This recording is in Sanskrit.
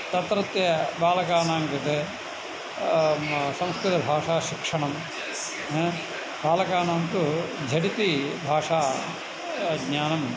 तत्रत्यबालकानां कृते संस्कृतभाषाशिक्षणं बालकानां तु झटिति भाषा ज्ञानं